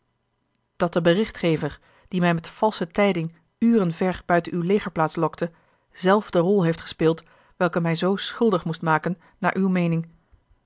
dat de berichtgever die mij met valsche tijding uren ver buiten uwe legerplaats lokte zelf de rol heeft gespeeld welke mij zoo schuldig moest maken naar uwe meening